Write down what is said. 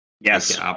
yes